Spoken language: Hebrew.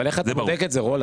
אבל איך אתה בודק את זה רולנד?